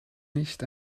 nicht